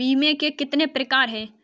बीमे के कितने प्रकार हैं?